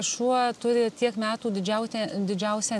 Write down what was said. šuo turi tiek metų didžiauti didžiausią